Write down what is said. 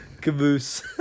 Caboose